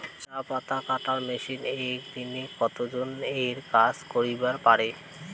চা পাতা কাটার মেশিন এক দিনে কতজন এর কাজ করিবার পারে?